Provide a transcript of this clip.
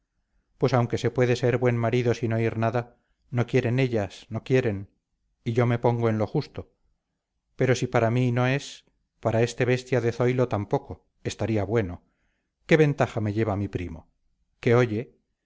pues aunque se puede ser buen marido sin oír nada no quieren ellas no quieren y yo me pongo en lo justo pero si para mí no es para este bestia de zoilo tampoco estaría bueno qué ventaja me lleva mi primo que oye